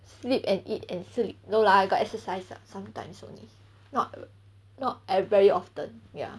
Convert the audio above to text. sleep and eat and sleep no lah got exercise lah sometimes only not not ev~ very often ya